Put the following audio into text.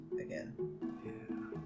again